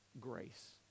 grace